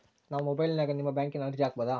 ನಾವು ಮೊಬೈಲಿನ್ಯಾಗ ನಿಮ್ಮ ಬ್ಯಾಂಕಿನ ಅರ್ಜಿ ಹಾಕೊಬಹುದಾ?